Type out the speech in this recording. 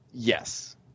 Yes